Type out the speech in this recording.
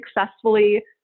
successfully